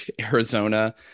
Arizona